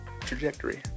trajectory